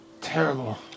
terrible